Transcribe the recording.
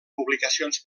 publicacions